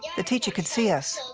the teacher could see us.